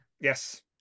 Yes